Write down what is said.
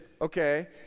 okay